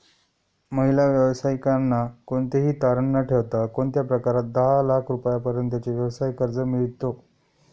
महिला व्यावसायिकांना कोणतेही तारण न ठेवता कोणत्या प्रकारात दहा लाख रुपयांपर्यंतचे व्यवसाय कर्ज मिळतो?